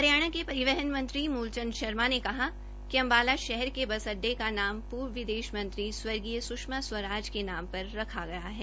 हरियाणा के परिवहन मंत्री मूल चंद शर्मा ने कहा कि अंबाला शहर के बस अड़डे का नाम पूर्व विदेश मंत्री स्वर्गीय सुष्मा स्वराज के नाम पर रखा गया है